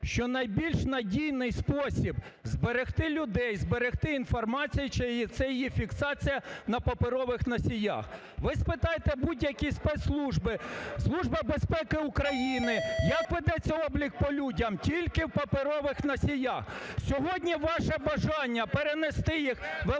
що найбільш надійний спосіб зберегти людей, зберегти інформацію чи це є фіксація на паперових носіях. Ви спитайте будь-які спецслужби, Служба безпеки України, як ведеться облік по людям? Тільки в паперових носіях. Сьогодні ваше бажання перенести їх в електронний